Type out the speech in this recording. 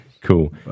Cool